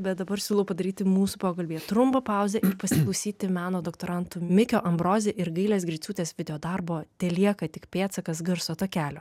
bet dabar siūlau padaryti mūsų pokalbyje trumpą pauzę ir pasiklausyti meno doktorantų mikio ambrozi ir gailės griciūtės videodarbo telieka tik pėdsakas garso takelio